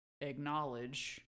acknowledge